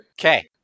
Okay